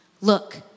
Look